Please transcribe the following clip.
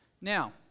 Now